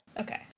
Okay